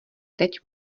teď